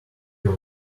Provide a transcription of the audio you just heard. your